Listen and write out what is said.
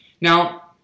Now